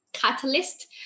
Catalyst